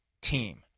team